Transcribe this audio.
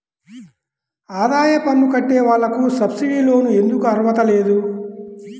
ఆదాయ పన్ను కట్టే వాళ్లకు సబ్సిడీ లోన్ ఎందుకు అర్హత లేదు?